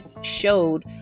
showed